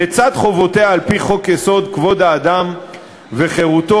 לצד חובותיה על-פי חוק-יסוד: כבוד האדם וחירותו,